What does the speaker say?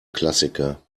klassiker